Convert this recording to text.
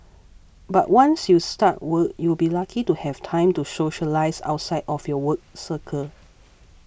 but once you start work you'll be lucky to have time to socialise outside of your work circle